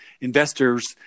investors